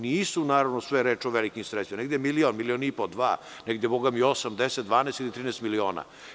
Nije, naravno, sve reč o velikim sredstvima, nekih milion, milion i po, dva, negde osam, 10, 12 ili 13 miliona.